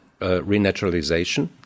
renaturalization